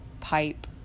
pipe